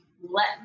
let